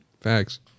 Facts